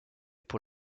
pour